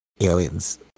Aliens